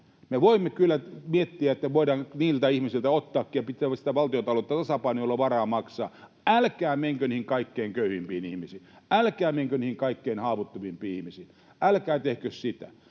Me voimme kyllä miettiä, voidaanko ottaa niiltä ihmisiltä, ketkä pitävät sitä valtiontaloutta tasapainossa ja joilla on varaa maksaa. Älkää menkö niihin kaikkein köyhimpiin ihmisiin. Älkää menkö niihin kaikkein haavoittuvimpiin ihmisiin. Älkää tehkö sitä.